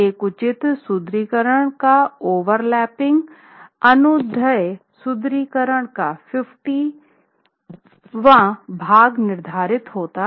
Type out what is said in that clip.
एक उचित सुदृढीकरण का ओवरलैपिंग अनुदैर्ध्य सुदृढीकरण का 50 वा भाग निर्धारित होता है